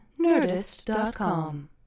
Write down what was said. Nerdist.com